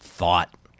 thought